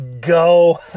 Go